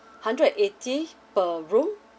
hundred and eighty per room